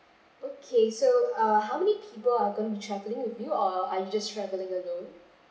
okay so err how many people are going to be travelling with you or are you just travelling alone